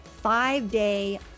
five-day